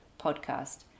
podcast